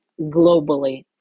globally